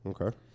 Okay